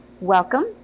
Welcome